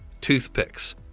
Toothpicks